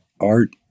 art